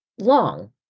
long